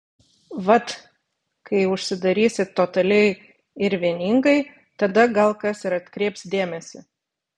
vat kai užsidarysit totaliai ir vieningai tada gal kas ir atkreips dėmesį